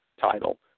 title